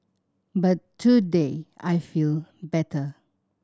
but today I feel better